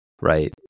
right